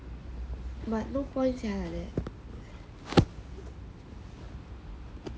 but no point sia like that